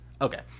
Okay